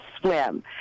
swim